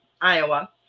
Iowa